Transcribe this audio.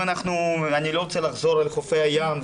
אני לא רוצה לחזור על חופי הים,